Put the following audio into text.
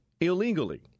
illegally